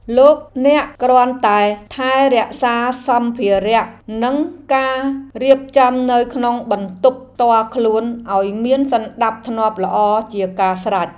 លោកអ្នកគ្រាន់តែថែរក្សាសម្ភារ:និងការរៀបចំនៅក្នុងបន្ទប់ផ្ទាល់ខ្លួនឱ្យមានសណ្តាប់ធ្នាប់ល្អជាការស្រេច។